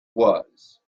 was